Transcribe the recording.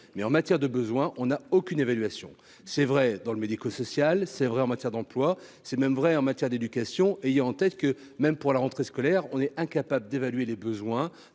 mais en matière de besoins, on a aucune évaluation c'est vrai dans le médico-social, c'est vrai en matière d'emploi c'est même vrai en matière d'éducation ayant en tête que, même pour la rentrée scolaire, on est incapable d'évaluer les besoins